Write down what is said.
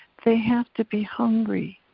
they have to be hungry.